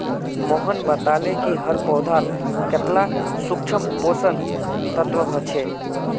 मोहन बताले कि हर पौधात कतेला सूक्ष्म पोषक तत्व ह छे